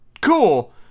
cool